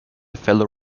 fellow